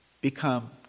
become